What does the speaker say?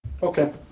Okay